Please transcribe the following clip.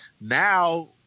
Now